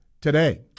today